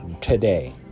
today